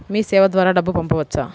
మీసేవ ద్వారా డబ్బు పంపవచ్చా?